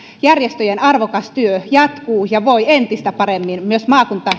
järjestöjen arvokas työ jatkuu ja voi entistä paremmin myös maakunta